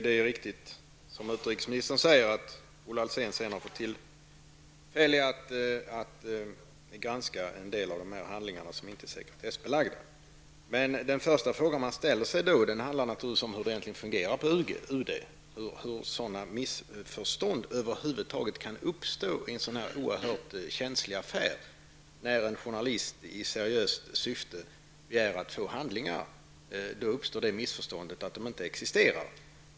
Det är riktigt som utrikesministern säger, att Olle Alsén sedan har fått tillfälle att granska en del av dessa handlingar som inte är sekretessbelagda. Men den första fråga man ställer sig handlar naturligtvis om hur det egentligen fungerar på UD, hur missförstånd av detta slag över huvud taget kan uppstå i en så oerhört känslig affär. När en journalist i seriöst syfte begär att få se handlingar uppstår alltså det missförståndet att handlingarna inte existerar.